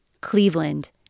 Cleveland